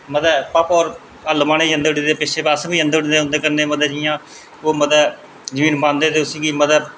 ते भापा होर हल्ल बाह्ने गी जंदे ओड़ी हे ते पिच्छें अस बी जंदे ओड़ी हे जियां ओह् मतलब जमीन बहंदे ते उसी मतलब